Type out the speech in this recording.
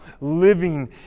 living